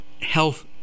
health